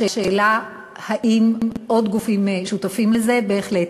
לשאלה אם עוד גופים שותפים לזה, בהחלט.